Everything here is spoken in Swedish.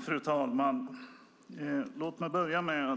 Fru talman! Låt mig börja med